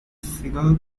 figure